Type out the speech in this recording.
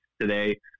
today